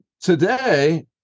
Today